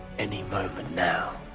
any moment now.